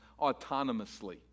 autonomously